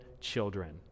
children